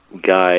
guy